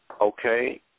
Okay